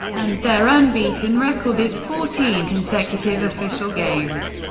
and their unbeaten record is fourteen consecutive official games.